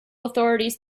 authorities